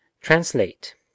Translate